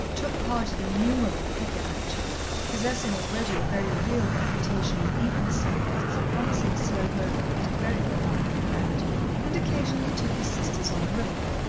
took part in innumerable cricket matches possessing already a very real reputation in eton circles as a promising slow bowler and a very reliable bat and occasionally took his sisters on the river.